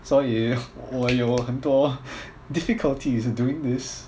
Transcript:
所以我有很多 difficulties doing this